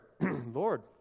Lord